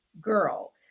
girl